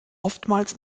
oftmals